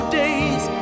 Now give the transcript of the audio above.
days